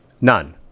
None